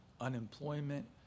unemployment